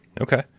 okay